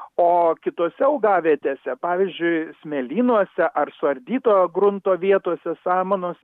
o kitose augavietėse pavyzdžiui smėlynuose ar suardyto grunto vietose samanos